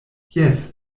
jes